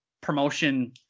promotion